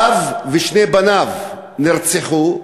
אב ושני בניו נרצחו.